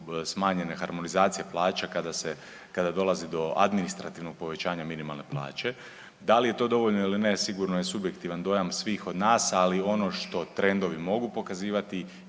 smanjene harmonizacije plaća kada dolazi do administrativnog povećanja minimalne plaće, da li je to dovoljno ili ne sigurno je subjektivan dojam svih od nas, ali ono što trendovi mogu pokazivati